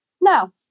No